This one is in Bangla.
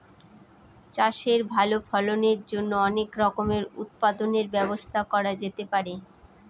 চাষের ভালো ফলনের জন্য অনেক রকমের উৎপাদনের ব্যবস্থা করা যেতে পারে